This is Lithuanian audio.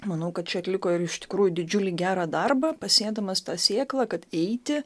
manau kad čia atliko ir iš tikrųjų didžiulį gerą darbą pasėdamas tą sėklą kad eiti